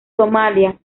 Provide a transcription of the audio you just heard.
somalia